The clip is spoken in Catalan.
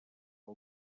que